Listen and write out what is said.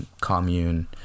commune